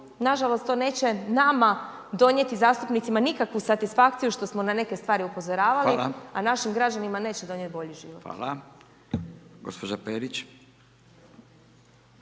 nažalost to neće nam donijeti zastupnicima nikakvu satisfakciju što smo na neke stvari upozoravali a našim građanima neće donijeti bolji život. **Radin, Furio